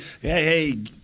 hey